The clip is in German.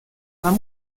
man